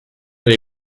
dei